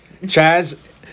Chaz